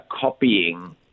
copying